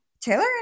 Taylor